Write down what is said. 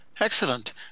Excellent